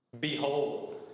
behold